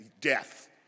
death